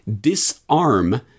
disarm